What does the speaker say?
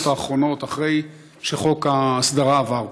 האחרונות אחרי שחוק ההסדרה עבר פה.